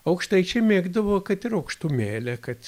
aukštaičiai mėgdavo kad ir aukštumėlę kad